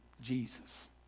Jesus